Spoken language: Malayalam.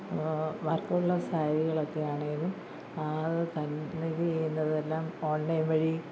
വർക്ക് ഉള്ള സാരികളൊക്കെ ആണെങ്കിലും അത് തൻ ഇത് ചെയ്യുന്നതെല്ലാം ഓൺലൈൻ വഴി